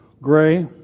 gray